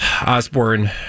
Osborne